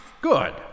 Good